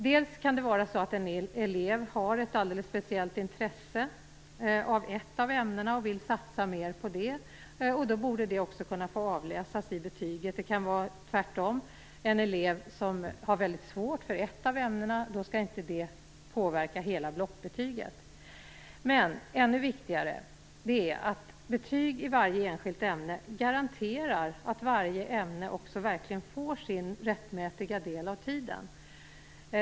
Det kan vara så att en elev har ett alldeles speciellt intresse för ett av ämnena och vill satsa mer på det. Då borde det också kunna avläsas i betyget. Det kan också vara tvärtom, alltså att en elev har väldigt svårt för ett av ämnena. Då skall inte det påverka hela blockbetyget. Ett ännu viktigare skäl är dock att betyg i varje enskilt ämne garanterar att varje ämne också verkligen får sin rättmätiga del av tiden.